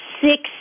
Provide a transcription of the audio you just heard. six